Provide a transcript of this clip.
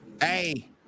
Hey